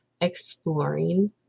exploring